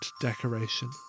decoration